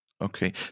okay